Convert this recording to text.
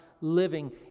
living